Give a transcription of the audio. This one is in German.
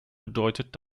bedeutet